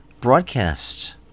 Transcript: broadcast